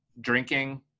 drinking